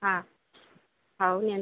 ହଁ ହଉ ନିଅନ୍ତୁ